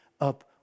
up